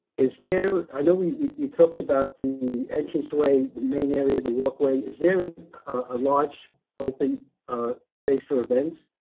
is there. i know we we talked about the entranceway, the main area, the walkway. is there a launch open ah space for events.